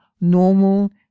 normal